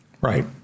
Right